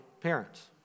parents